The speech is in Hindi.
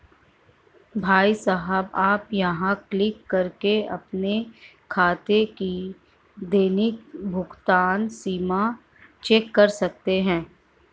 भाई साहब आप यहाँ क्लिक करके अपने खाते की दैनिक भुगतान सीमा चेक कर सकते हैं